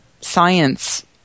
science